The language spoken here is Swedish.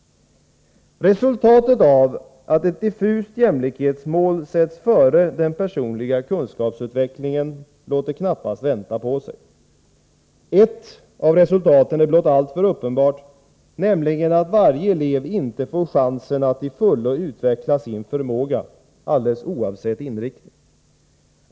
Resultatet av att ett diffust jämlikhetsmål sätts före den personliga kunskapsutvecklingen låter knappast vänta på sig. Ett av resultaten är blott alltför uppenbart, nämligen att varje elev inte får chansen att till fullo utveckla sin förmåga, oavsett inriktning.